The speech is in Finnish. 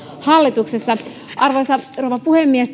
hallituksessa arvoisa rouva puhemies